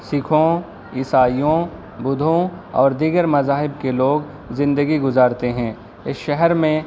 سکھوں عیسائیوں بدھوں اور دیگر مذاہب کے لوگ زندگی گزارتے ہیں اس شہر میں